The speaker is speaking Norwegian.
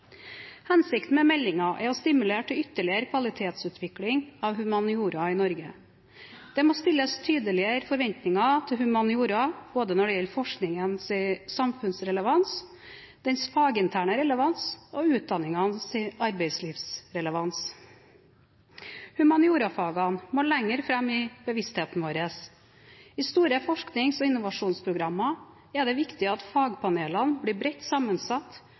Hensikten med meldingen er å stimulere til ytterligere kvalitetsutvikling av humaniora i Norge. Det må stilles tydeligere forventninger til humaniora, både når det gjelder forskningens samfunnsrelevans, dens faginterne relevans og utdanningens arbeidslivsrelevans. Humaniorafagene må lenger fram i bevisstheten vår. I store forsknings- og innovasjonsprogrammer er det viktig at fagpanelene blir bredt sammensatt,